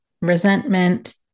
resentment